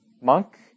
monk